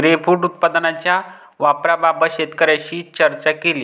grapefruit उत्पादनाच्या वापराबाबत शेतकऱ्यांशी चर्चा केली